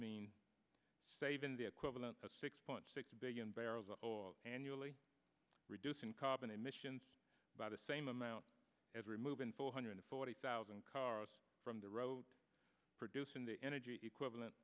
mean saving the equivalent of six point six billion barrels of oil annually reducing carbon emissions by the same amount as removing four hundred forty thousand cars from the road producing the energy equivalent